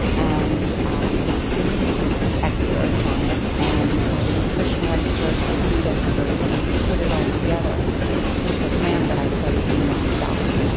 and um the sleep experts on it, and ah the nutritional experts, the food experts, and i put it all together into a plan that i started doing on myself,